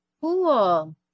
Cool